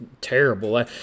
terrible